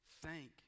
Thank